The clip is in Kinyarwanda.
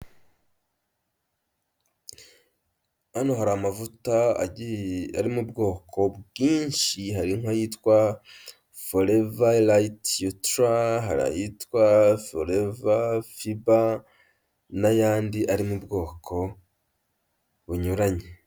Hano hari amavuta ari mu bwoko bwinshi, hari nk' yitwa foreva layiti yutira, hari ayitwa foreva fiba n'ayandi ari mu bwoko bunyuranye.